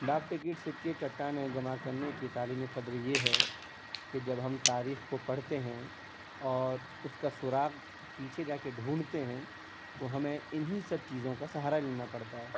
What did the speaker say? ڈاک ٹکٹ سکے چٹانیں جمع کرنے کی تعلیمی قدر یہ ہے کہ جب ہم تاریخ کو پڑھتے ہیں اور اس کا سراغ پیچھے جا کے ڈھونڈتے ہیں تو ہمیں انھیں سب چیزوں کا سہارا لینا پڑتا ہے